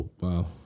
Wow